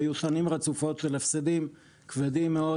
היו שנים רצופות של הפסדים כבדים מאוד,